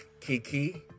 Kiki